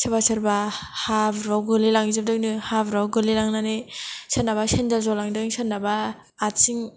सोरबा सोरबा हाब्रुआव गोलैलांजोबदोंनो हाब्रुआव गोलैलांनानै सोरनाबा सेनदेल जलांदों सोरनाबा आथिं